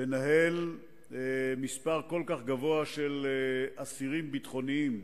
לנהל מספר כל כך גבוה של אסירים ביטחוניים,